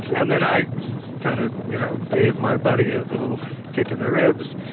and then i kind of you know gave my buddy a little kick in the ribs.